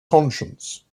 conscience